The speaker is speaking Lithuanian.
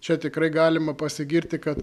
čia tikrai galima pasigirti kad